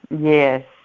Yes